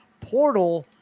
portal